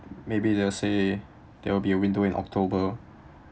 maybe they'll say there will be a window in october